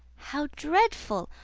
how dreadful!